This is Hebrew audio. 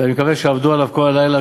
ואני מקווה שיעבדו עליו כל הלילה,